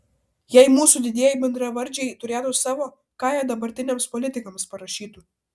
jei mūsų didieji bendravardžiai turėtų savo ką jie dabartiniams politikams parašytų